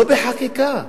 לא בחקיקה.